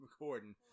recording